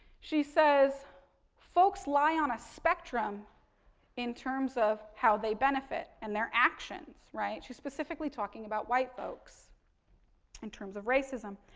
she says folks lie on a spectrum in terms of how they benefit and their actions, right. she's specifically talking about white folks in terms of racism.